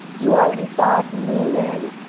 you already saw i lean in.